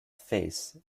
face